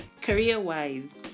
career-wise